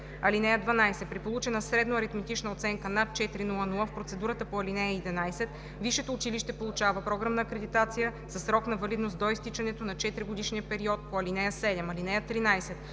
ал. 9. (12) При получена средноаритметична оценка над 4,00 в процедурата по ал. 11 висшето училище получава програмна акредитация със срок на валидност до изтичането на 4-годишния период по ал. 7. (13)